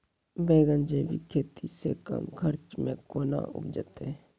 बैंगन जैविक खेती से कम खर्च मे कैना उपजते?